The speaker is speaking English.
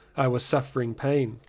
i was suffering pain,